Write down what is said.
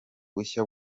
bushya